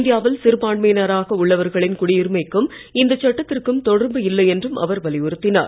இந்தியாவில் சிறுபான்மையினராக உள்ளவர்களின் குடியுரிமைக்கும் இந்த சட்டத்திற்கும் தொடர்பு இல்லை என்றும் அவர் வலியுறுத்தினார்